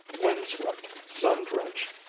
wind-swept, sun-drenched,